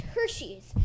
Hershey's